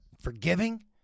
forgiving